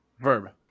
Verb